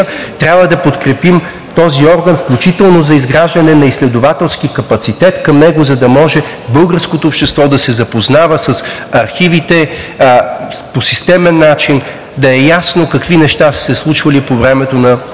трябва да подкрепим този орган, включително за изграждане на изследователски капацитет към него, за да може българското общество да се запознава с архивите по системен начин, да е ясно какви неща са се случвали по времето на